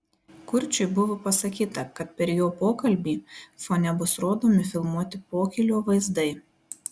kurčiui buvo pasakyta kad per jo pokalbį fone bus rodomi filmuoti pokylio vaizdai